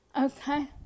okay